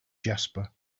jasper